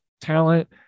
talent